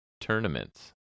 tournaments